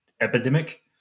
epidemic